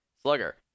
Slugger